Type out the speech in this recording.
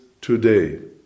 today